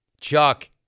Chuck